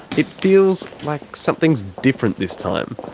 it feels like something's different this time.